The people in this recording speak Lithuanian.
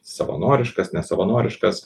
savanoriškas nesavanoriškas